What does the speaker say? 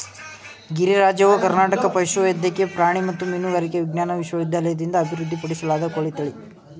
ಗಿರಿರಾಜವು ಕರ್ನಾಟಕ ಪಶುವೈದ್ಯಕೀಯ ಪ್ರಾಣಿ ಮತ್ತು ಮೀನುಗಾರಿಕೆ ವಿಜ್ಞಾನ ವಿಶ್ವವಿದ್ಯಾಲಯದಿಂದ ಅಭಿವೃದ್ಧಿಪಡಿಸಲಾದ ಕೋಳಿ ತಳಿ